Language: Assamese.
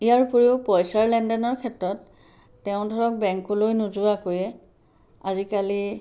ইয়াৰ উপৰিও পইচাৰ লেনদেনৰ ক্ষেত্ৰত তেওঁ ধৰক বেংকলৈ নোযোৱাকৈয়ে আজিকালি